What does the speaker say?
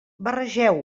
barregeu